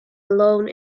alone